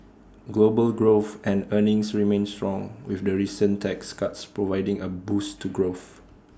global growth and earnings remain strong with the recent tax cuts providing A boost to growth